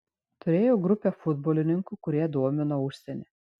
turėjau grupę futbolininkų kurie domino užsienį